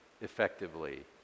effectively